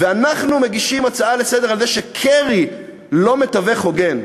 ואנחנו מגישים הצעה לסדר-היום על זה שקרי לא מתווך הוגן.